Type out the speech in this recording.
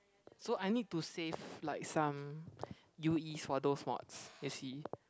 so I need to save like some U_Es for those mods you see